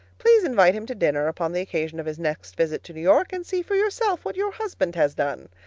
please invite him to dinner upon the occasion of his next visit to new york, and see for yourself what your husband has done.